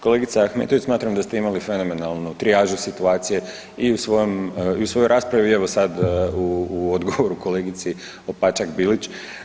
Kolegice Ahmetović, smatram da ste imali fenomenalnu trijažu situacije i u svojoj raspravi i evo sad u odgovoru kolegici Opačak-Bilić.